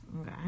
Okay